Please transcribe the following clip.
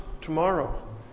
tomorrow